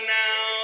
now